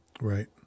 Right